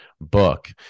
book